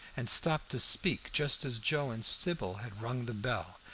and stopped to speak just as joe and sybil had rung the bell,